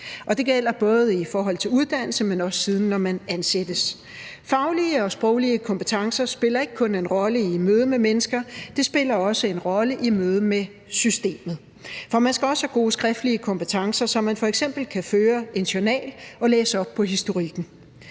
Det gælder både i forhold til uddannelse, men også siden, når man ansætter. Faglige og sproglige kompetencer spiller ikke kun en rolle i mødet med mennesker. De spiller også en rolle i mødet med systemet. For man skal også have gode skriftlige kompetencer, så man f.eks. kan føre en journal og læse op på historikken.